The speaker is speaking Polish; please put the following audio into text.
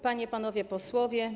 Panie i Panowie Posłowie!